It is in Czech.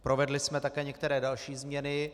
Provedli jsme také některé další změny.